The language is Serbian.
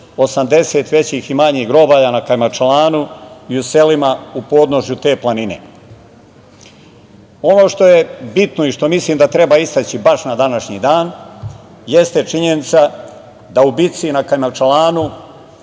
80 većih i manjih grobalja na Kajmakčalanu i u selima u podnožju te planine. Ono što je bitno i što mislim da treba istaći baš na današnji dan, jeste činjenica da u bici na Kajmakčalanu